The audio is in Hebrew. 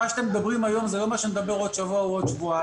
מה שאתם מדברים היום זה לא מה שנדבר בעוד שבוע או בעוד שבועיים.